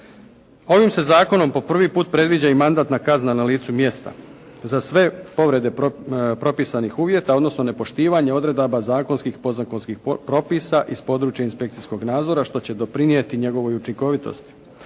Ovim se zakonom po prvi puta predviđa i mandatna kazna na licu mjesta. Za sve povrede propisanih uvjeta odnosno nepoštivanje odredaba zakonskih i podzakonskih propisa iz područja inspekcijskog nadzora što će doprinijeti njegovoj učinkovitosti.